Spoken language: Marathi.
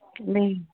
नाही